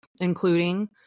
including